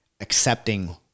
accepting